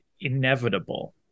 inevitable